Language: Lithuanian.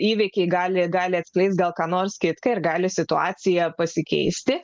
įvykiai gali gali atskleis gal ką nors kitką ir gali situacija pasikeisti